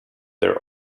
their